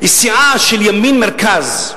היא סיעה של ימין-מרכז,